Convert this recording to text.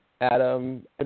Adam